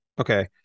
Okay